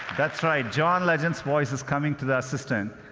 that's right john legend's voice is coming to the assistant.